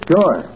Sure